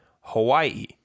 Hawaii